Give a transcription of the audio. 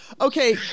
Okay